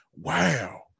wow